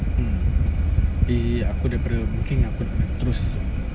mm easy aku daripada boon keng aku nak terus